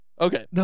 Okay